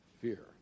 fear